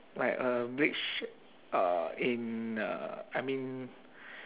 like a bridge uh in uh I mean